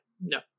no